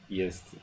jest